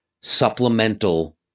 supplemental